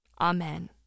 Amen